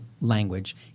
language